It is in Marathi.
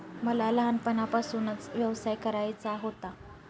मला लहानपणापासूनच व्यवसाय करायचा होता